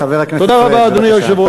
חבר הכנסת פריג', בבקשה.